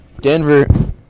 Denver